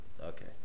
Okay